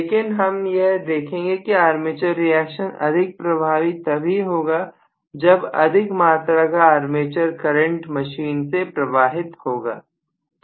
लेकिन हम यह देखेंगे कि आर्मेचर रिएक्शन अधिक प्रभावी तभी होगा जब अधिक मात्रा का आर्मेचर करंट मशीन से प्रवाहित होगा